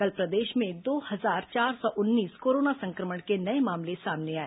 कल प्रदेश में दो हजार चार सौ उन्नीस कोरोना संक्रमण के नये मामले सामने आए